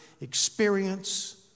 experience